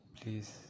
Please